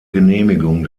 genehmigung